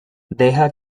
deja